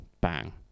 bang